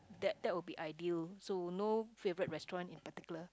that that would be ideal so no favourite restaurant in particular